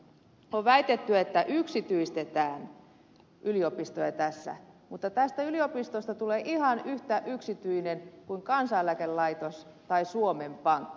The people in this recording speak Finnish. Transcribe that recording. on väitetty että tässä yksityistetään yliopistoja mutta yliopistoista tulee ihan yhtä yksityisiä kuin kansaneläkelaitos tai suomen pankki